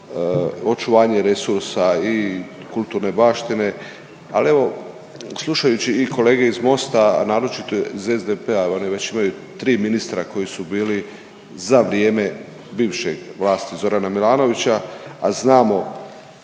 Očuvanje resursa i kulturne baštine, ali evo slušajući i kolege iz MOST-a, a naročito iz SDP-a oni već imaju 3 ministra koji su bili za vrijeme bivše vlasti Zorana Milanovića, a znamo